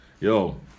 yo